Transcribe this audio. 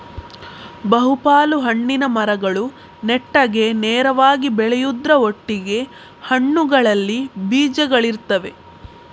ಬಹು ಪಾಲು ಹಣ್ಣಿನ ಮರಗಳು ನೆಟ್ಟಗೆ ನೇರವಾಗಿ ಬೆಳೆಯುದ್ರ ಒಟ್ಟಿಗೆ ಹಣ್ಣುಗಳಲ್ಲಿ ಬೀಜಗಳಿರ್ತವೆ